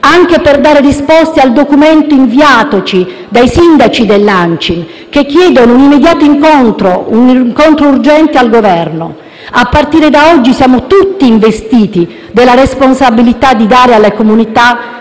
anche per dare risposte al documento inviatoci dai sindaci dell'ANCI che chiedono un incontro urgente al Governo. A partire da oggi, siamo tutti investiti della responsabilità di dare alle comunità